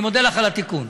אני מודה לך על התיקון.